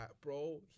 bro